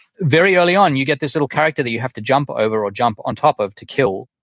very early on you get this little character that you have to jump over or jump on top of to kill,